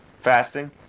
fasting